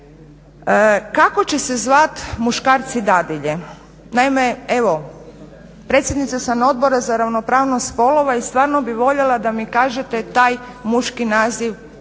Kako će se zvati muškarci dadilje? Naime, evo predsjednica sam Odbora za ravnopravnost spolova i stvarno bih voljela da mi kažete taj muški naziv